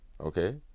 okay